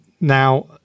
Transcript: now